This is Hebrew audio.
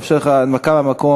אני מאפשר לך הנמקה מהמקום,